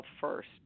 first